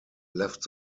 left